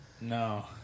No